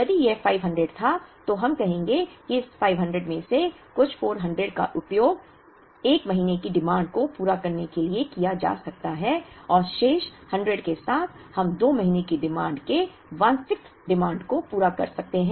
यदि यह 500 था तो हम कहेंगे कि इस 500 में से कुछ 400 का उपयोग 1 महीने की डिमांड को पूरा करने के लिए किया जा सकता है और शेष 100 के साथ हम 2 महीने की डिमांड के 16th डिमांड को पूरा कर सकते हैं